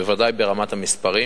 בוודאי ברמת המספרים.